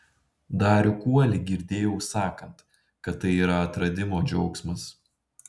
darių kuolį girdėjau sakant kad tai yra atradimo džiaugsmas